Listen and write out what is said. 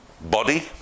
body